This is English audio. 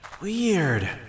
Weird